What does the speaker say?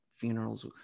funerals